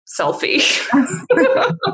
selfie